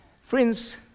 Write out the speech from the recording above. Friends